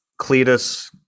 Cletus